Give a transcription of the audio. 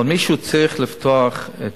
אבל מישהו צריך לפתוח את